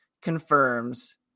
confirms